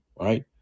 right